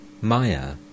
Maya